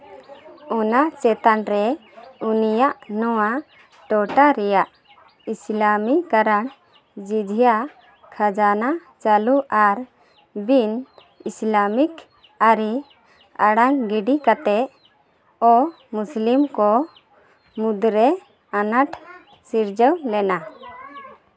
ᱚᱱᱟ ᱪᱮᱛᱟᱱ ᱨᱮ ᱩᱱᱤᱭᱟᱜ ᱱᱚᱣᱟ ᱴᱚᱴᱷᱟ ᱨᱮᱭᱟᱜ ᱤᱥᱞᱟᱢᱤ ᱠᱟᱨᱚᱱ ᱡᱤᱡᱷᱤᱭᱟ ᱠᱷᱟᱡᱟᱱᱟ ᱪᱟᱹᱞᱩ ᱟᱨ ᱵᱤᱱ ᱤᱥᱞᱟᱢᱤᱠ ᱟᱹᱨᱤ ᱟᱲᱟᱝ ᱜᱤᱰᱤ ᱠᱟᱛᱮᱫ ᱚᱢᱩᱥᱞᱤᱢ ᱠᱚ ᱢᱩᱫᱽᱨᱮ ᱟᱱᱟᱴ ᱥᱤᱨᱡᱟᱹᱣ ᱞᱮᱱᱟ